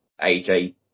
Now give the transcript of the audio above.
AJ